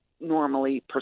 normally